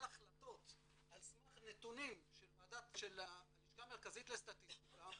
החלטות על סמך נתונים של הלשכה המרכזית לסטטיסטיקה,